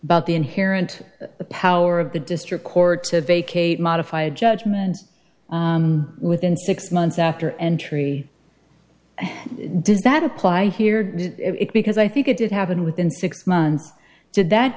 the inherent power of the district court to vacate modify a judgment within six months after entry does that apply here did it because i think it did happen within six months did that